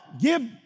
Give